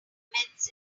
recommends